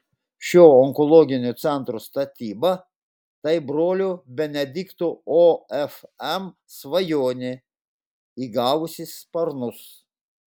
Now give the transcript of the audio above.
šio onkologinio centro statyba tai brolio benedikto ofm svajonė įgavusi sparnus